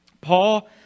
Paul